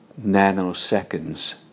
nanoseconds